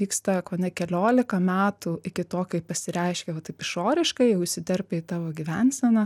vyksta kone keliolika metų iki to kai pasireiškia va taip išoriškai jau įsiterpia į tavo gyvenseną